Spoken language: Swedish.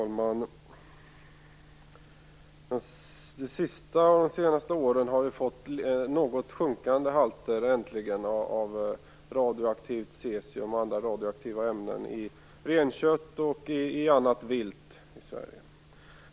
Herr talman! Vi har under de senaste åren äntligen fått något sjunkande halter av radioaktivt cesium och andra radioaktiva ämnen i kött av ren och annat vilt i Sverige.